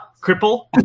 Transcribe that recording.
cripple